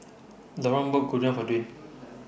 Loran bought Gyudon For Dwayne